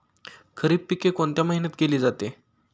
खरीप पिके कोणत्या महिन्यात केली जाते?